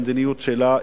למדיניות שלה,